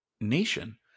nation